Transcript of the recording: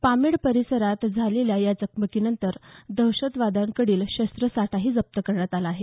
पामेड परिसरात झालेल्या या चकमकीनंतर नक्षलवाद्यांकडील शस्त्रसाठाही जप्त करण्यात आला आहे